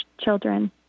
children